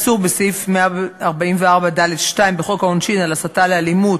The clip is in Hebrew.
איסור בסעיף 144ד2 בחוק העונשין על הסתה לאלימות,